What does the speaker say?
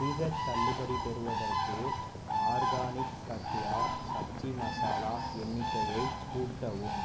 அதிகத் தள்ளுபடி பெறுவதற்கு ஆர்கானிக் தத்வா சப்ஜி மசாலா எண்ணிக்கையே கூட்டவும்